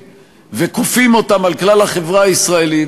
וכופים אותן על כלל החברה הישראלית,